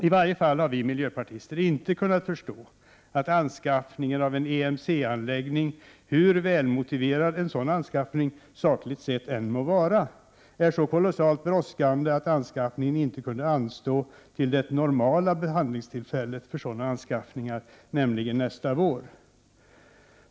I varje fall har vi miljöpartister inte kunnat förstå att anskaffningen av en EMC-anläggning — hur välmotiverad en sådan anskaffning sakligt sett än må vara — är så kolossalt brådskande att anskaffningen inte kunde anstå till det normala behandlingstillfället för sådana anskaffningar, nämligen nästa vår.